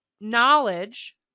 knowledge